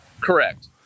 Correct